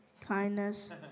kindness